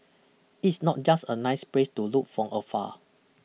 it's not just a nice place to look from afar